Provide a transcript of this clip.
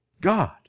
God